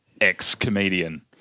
ex-comedian